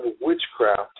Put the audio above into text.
witchcraft